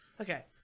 Okay